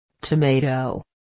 Tomato